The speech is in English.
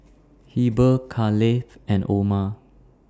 Heber Kaleigh and Orma